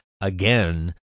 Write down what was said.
again